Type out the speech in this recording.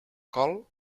col